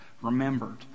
remembered